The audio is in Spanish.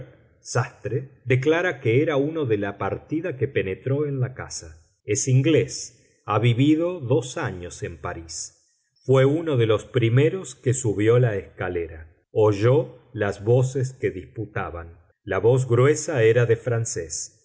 sastre declara que era uno de la partida que penetró en la casa es inglés ha vivido dos años en parís fué uno de los primeros que subió la escalera oyó las voces que disputaban la voz gruesa era de francés